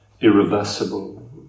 irreversible